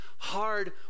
hard